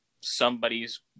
somebody's